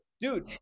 dude